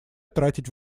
тратить